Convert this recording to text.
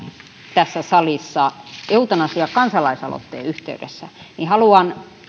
tässä salissa eutanasiakansalaisaloitteen yhteydessä niin haluan